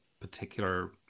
particular